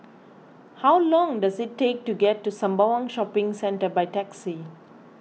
how long does it take to get to Sembawang Shopping Centre by taxi